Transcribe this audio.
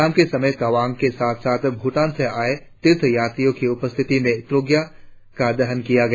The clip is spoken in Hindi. शाम के समय तवांग के साथ साथ भुटान से आए तीर्थयात्रियों की उपस्थिति में ट्रोग्या का दह किया गया